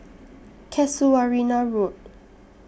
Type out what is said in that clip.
Casuarina Road